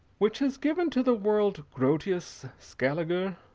which has given to the world grotius, scaliger,